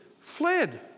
fled